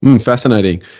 Fascinating